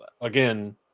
Again